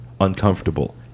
uncomfortable